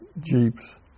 Jeeps